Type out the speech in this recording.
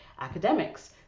academics